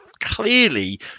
clearly